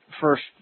first